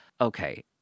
okay